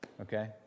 okay